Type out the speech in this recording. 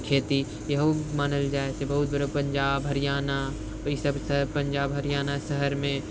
खेती यहु मानल जाइ छै बहुत बड़ा पञ्जाब हरियाणा इसभसँ पञ्जाब हरियाणा शहरमे